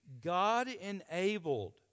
God-enabled